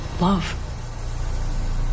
love